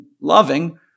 loving